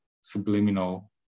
subliminal